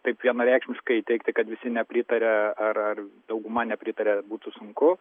taip vienareikšmiškai teigti kad visi nepritaria ar ar dauguma nepritaria būtų sunku